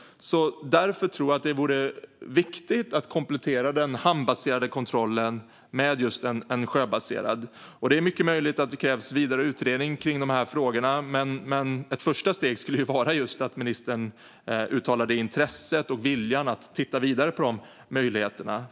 Därför tror jag att det vore viktigt att komplettera den hamnbaserade kontrollen med en sjöbaserad kontroll. Det är mycket möjligt att det krävs vidare utredning kring dessa frågor, men ett första steg skulle vara att ministern uttalade intresset och viljan att titta vidare på de här möjligheterna.